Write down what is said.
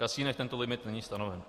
V kasinech tento limit není stanoven.